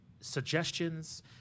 suggestions